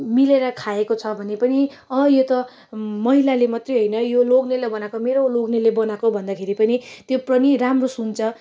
मिलेर खाएको छ भने पनि अँ यो त महिलाले मात्रै होइन यो लोग्नेले बनाएको मेरो लोग्नेले बनाएको भन्दाखेरि पनि त्यो पनि राम्रो सुन्छ